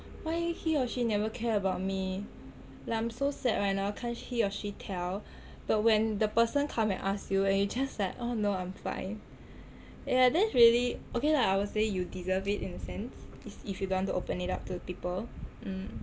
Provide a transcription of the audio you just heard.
why he or she never care about me like I'm so sad right now can't he or she tell but when the person come and ask you and you just like oh no I'm fine yah that's really okay lah I will say you deserve it in a sense it's if you don't want to open it up to people um